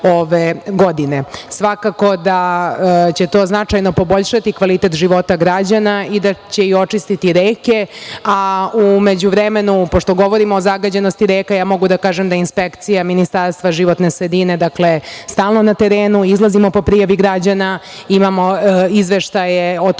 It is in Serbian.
Svakako da će to značajno poboljšati kvalitet života građana i da će očistiti reke, a u međuvremenu, pošto govorimo o zagađenosti reka, ja mogu da kažem da inspekcija Ministarstva životne sredine je stalno na terenu. Izlazimo po prijavi građana. Imamo izveštaje o tome